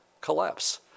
collapse